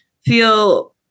feel